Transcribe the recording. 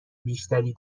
بیشتری